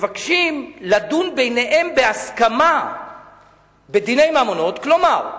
מבקשים לדון ביניהם בהסכמה בדיני ממונות, כלומר,